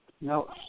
no